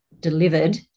delivered